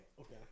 Okay